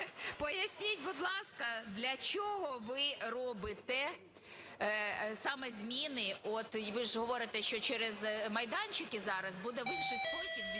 Поясніть, будь ласка, для чого ви робите саме зміни? От ви ж говорите, що через майданчики зараз будуть в інший спосіб відбуватися